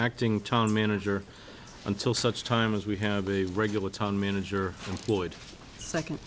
acting town manager until such time as we have a regular town manager from floyd second